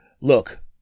Look